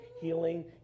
healing